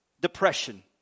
Depression